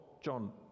John